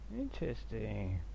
Interesting